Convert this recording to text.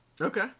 okay